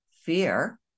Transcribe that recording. fear